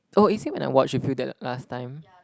oh is it when I watch with you that last time